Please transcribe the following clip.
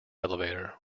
elevator